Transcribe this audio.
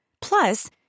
Plus